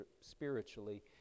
spiritually